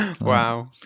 Wow